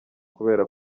kubera